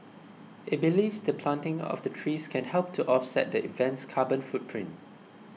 it believes the planting of the trees can help to offset the event's carbon footprint